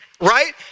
right